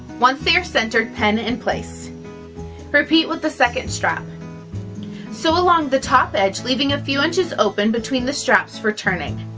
once they are centered pin in place repeat with the second strap sew along the top edge leaving a few inches open between the straps for turning